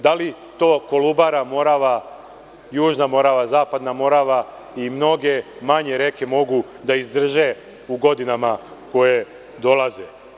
Da li toKolubara, Morava, Južna Morava, Zapadna Morava i mnoge manje reke mogu da izdrže u godinama koje dolaze?